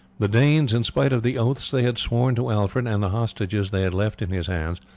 the danes, in spite of the oaths they had sworn to alfred, and the hostages they had left in his hands,